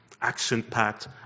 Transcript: action-packed